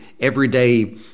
everyday